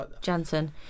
Jansen